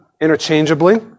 interchangeably